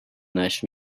نشر